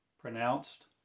pronounced